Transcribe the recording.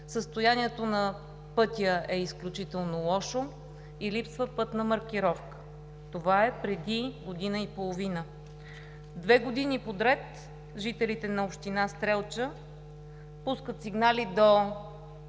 състоянието на пътя е изключително лошо и липсва пътна маркировка. Това е преди година и половина. Две години подред жителите на община Стрелча пускат сигнали до